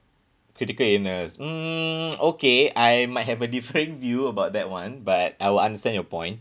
critical illness hmm okay I might have a different view about that [one] but I will understand your point